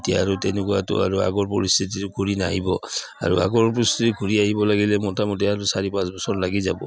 এতিয়া আৰু তেনেকুৱাটো আৰু আগৰ পৰিস্থিতিটো ঘূৰি নাহিব আৰু আগৰ পৰিস্থিতি ঘূৰি আহিব লাগিলে মোটামুটি আৰু চাৰি পাঁচ বছৰ লাগি যাব